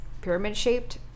pyramid-shaped